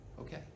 Okay